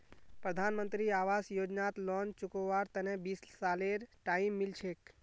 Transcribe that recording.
प्रधानमंत्री आवास योजनात लोन चुकव्वार तने बीस सालेर टाइम मिल छेक